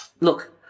Look